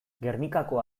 gernikako